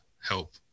help